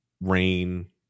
rain